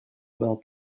well